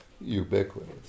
ubiquitous